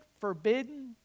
forbidden